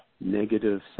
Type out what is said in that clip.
negative